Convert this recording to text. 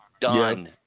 done